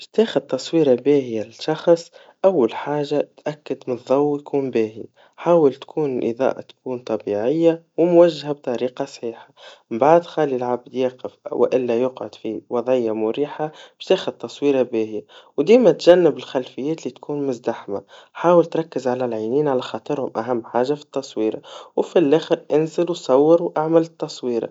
باش تاخد تصويرا باهيا لشخص, أول حاجا اتأكد من الضو يكون باهي, حاول تكون الإضاءة تكون طبيعيا, وموجها بطريقا صحيحا, من بعد خلي العبد يقفوإلا يقعد في وضعيا مريحا باش ياخد تصويرا باهيا, ودايما اتجنب الخلفيات اللي تكون مزدحما, حاول تركز على العينين على خاطرهم أهم حاجا في التصويرا, وفي الأخر إنزل وصور وإعمل التصويرا.